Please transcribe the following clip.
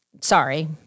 sorry